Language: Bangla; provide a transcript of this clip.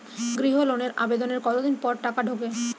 গৃহ লোনের আবেদনের কতদিন পর টাকা ঢোকে?